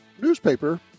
newspaper